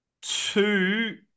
two